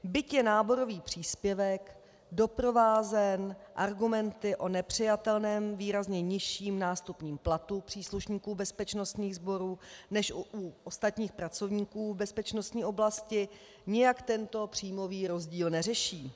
Byť je náborový příspěvek doprovázen argumenty o nepřijatelném, výrazně nižším nástupním platu příslušníků bezpečnostních sborů než u ostatních pracovníků v bezpečnostní oblasti, nijak tento příjmový rozdíl neřeší.